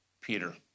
Peter